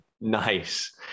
Nice